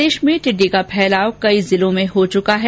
प्रदेश में टिइडी का फैलाव कई जिलों में हो गया है